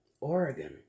Oregon